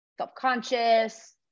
Self-conscious